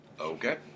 Okay